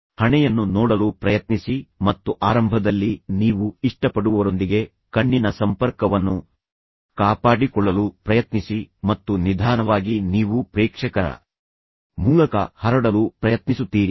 ನೇರ ಕಣ್ಣಿನ ಸಂಪರ್ಕವನ್ನು ಕಾಪಾಡಿಕೊಳ್ಳಲು ಪ್ರಯತ್ನಿಸಬೇಡಿ ಮತ್ತು ಆರಂಭದಲ್ಲಿ ನೀವು ಇಷ್ಟಪಡುವವರೊಂದಿಗೆ ಕಣ್ಣಿನ ಸಂಪರ್ಕವನ್ನು ಕಾಪಾಡಿಕೊಳ್ಳಲು ಪ್ರಯತ್ನಿಸಿ ಮತ್ತು ನಿಧಾನವಾಗಿ ನೀವು ಪ್ರೇಕ್ಷಕರ ಮೂಲಕ ಹರಡಲು ಪ್ರಯತ್ನಿಸುತ್ತೀರಿ